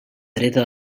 dreta